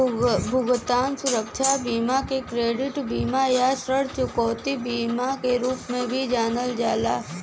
भुगतान सुरक्षा बीमा के क्रेडिट बीमा या ऋण चुकौती बीमा के रूप में भी जानल जाला